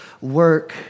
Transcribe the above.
work